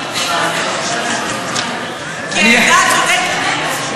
כי העמדה צודקת.